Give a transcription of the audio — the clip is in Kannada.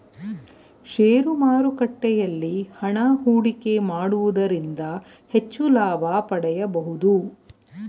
ಶೇರು ಮಾರುಕಟ್ಟೆಯಲ್ಲಿ ಹಣ ಹೂಡಿಕೆ ಮಾಡುವುದರಿಂದ ಹೆಚ್ಚು ಲಾಭ ಪಡೆಯಬಹುದು